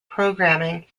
programming